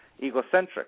egocentric